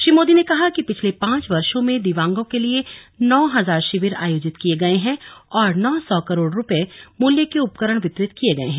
श्री मोदी ने कहा कि पिछले पांच वर्षों में दिव्यांगों के लिए नौ हजार शिविर आयोजित किए गए हैं और नौ सौ करोड़ रुपये मूल्य के उपकरण वितरित किए गए हैं